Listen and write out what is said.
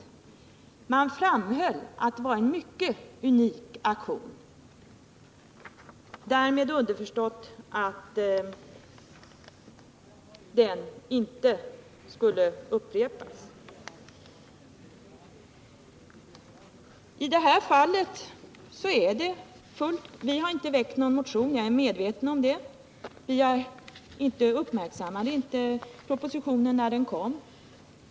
Man framhöll att det var en mycket unik aktion — därmed underförstått att den inte skulle upprepas. Vi har inte väckt någon motion nu, jag är medveten om det, för vi uppmärksammade inte propositionen när den kom.